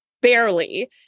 barely